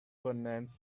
furnace